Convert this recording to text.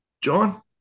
john